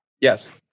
Yes